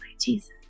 Jesus